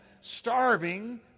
starving